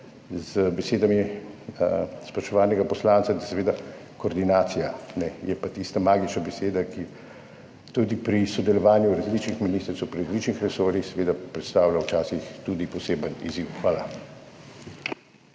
z besedami spoštovanega poslanca, da je koordinacija tista magična beseda, ki tudi pri sodelovanju različnih ministrstev, različnih resorjev seveda predstavlja včasih tudi poseben izziv. Hvala.